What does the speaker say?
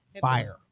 fire